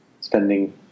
spending